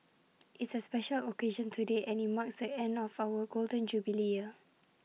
it's A special occasion today and IT marks the end of our Golden Jubilee year